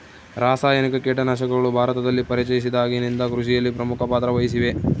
ರಾಸಾಯನಿಕ ಕೇಟನಾಶಕಗಳು ಭಾರತದಲ್ಲಿ ಪರಿಚಯಿಸಿದಾಗಿನಿಂದ ಕೃಷಿಯಲ್ಲಿ ಪ್ರಮುಖ ಪಾತ್ರ ವಹಿಸಿವೆ